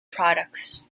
products